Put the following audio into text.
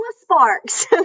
sparks